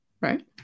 Right